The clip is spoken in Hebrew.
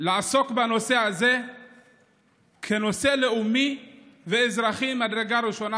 לעסוק בנושא הזה כנושא לאומי ואזרחי ממדרגה ראשונה,